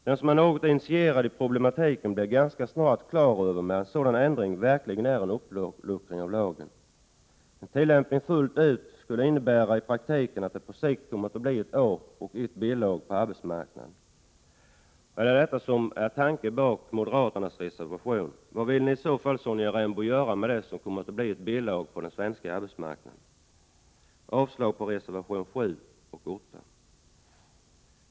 Den som är något initierad i problematiken blir ganska snart klar över att en sådan ändring verkligen är en uppluckring av lagen. En tillämpning fullt ut skulle i praktiken innebära att det på sikt kommer att bli ett A och ett B-lag på arbetsmarknaden. Är det detta som är tanken bakom moderaternas reservation? Vad vill i så fall Sonja Rembo göra åt att det blir ett B-lag på den svenska arbetsmarknaden? Jag yrkar avslag på reservationerna 7 och 8.